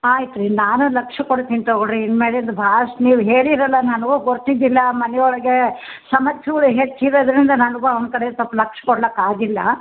ಆಯ್ತು ರೀ ನಾನು ಲಕ್ಷ್ಯ ಕೊಡ್ತೀನಿ ತಗೋಳ್ಳಿ ರೀ ಇನ್ನು ಮೇಲಿಂದ ಭಾಳಷ್ಟು ನೀವು ಹೇಳಿರಲ್ಲ ನಾನು ಗೊತ್ತಿರದಿಲ್ಲ ಮನೆಯೊಳಗೆ ಸಮಸ್ಯೆಗಳು ಹೆಚ್ಚಿರೋದರಿಂದ ನನಗು ಅವ್ನ ಕಡೆ ಸ್ವಲ್ಪ ಲಕ್ಷ್ಯ ಕೊಡ್ಲಕೆ ಆಗಿಲ್ಲ